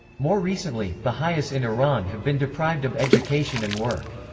more recently, baha'is in iran have been deprived of education and work.